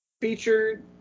featured